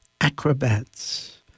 Acrobats